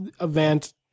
event